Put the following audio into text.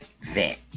vent